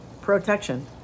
protection